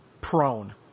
prone